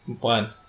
One